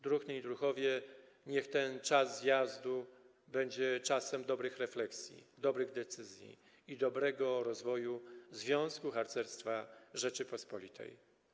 Druhny i druhowie, niech ten czas zjazdu będzie czasem dobrych refleksji, dobrych decyzji i dobrego rozwoju Związku Harcerstwa Rzeczypospolitej.